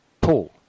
Paul